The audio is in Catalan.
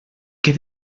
que